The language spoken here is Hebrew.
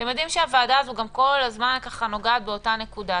אתם יודעים שהוועדה הזאת כל הזמן נוגעת באותה נקודה.